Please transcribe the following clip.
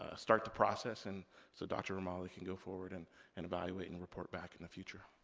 ah start the process, and so dr. romali can go forward and and evaluate, and report back in the future.